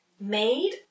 made